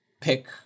pick